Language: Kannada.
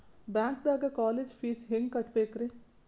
ಬ್ಯಾಂಕ್ದಾಗ ಕಾಲೇಜ್ ಫೀಸ್ ಹೆಂಗ್ ಕಟ್ಟ್ಬೇಕ್ರಿ?